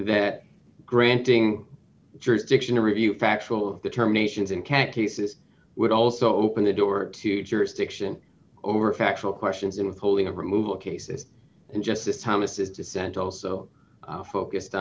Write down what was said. that granting jurisdiction to review factual determination is in can't cases would also open the door to jurisdiction over factual questions and withholding of removal cases and justice thomas dissent also focused